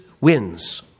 wins